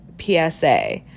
PSA